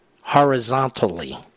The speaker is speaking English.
horizontally